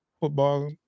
football